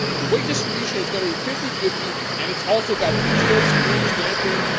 the weight distribution is going to be fifty fifty and it's also got bespoke springs, damping,